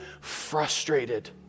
frustrated